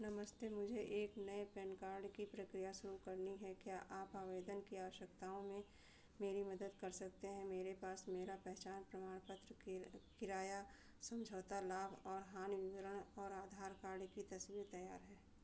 नमस्ते मुझे एक नए पैन कार्ड की प्रक्रिया शुरू करनी है क्या आप आवेदन की आवश्यकताओं में मेरी मदद कर सकते हैं मेरे पास मेरा पहचान प्रमाण पत्र किर किराया समझौता लाभ और हानि विवरण और आधार कार्ड की तस्वीर तैयार है